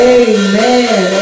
amen